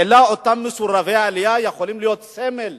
אלא אותם מסורבי עלייה יכולים להיות סמל